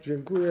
Dziękuję.